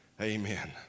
Amen